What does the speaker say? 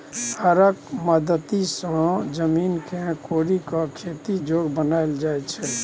हरक मदति सँ जमीन केँ कोरि कए खेती जोग बनाएल जाइ छै